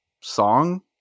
song